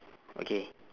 okay